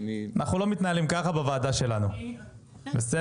אנחנו לא מתנהלים ככה בוועדה שלנו, בסדר?